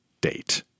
date